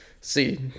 See